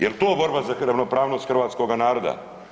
Jel' to borba za ravnopravnost Hrvatskoga naroda?